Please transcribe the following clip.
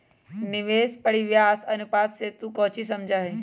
निवेश परिव्यास अनुपात से तू कौची समझा हीं?